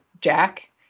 Jack